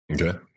Okay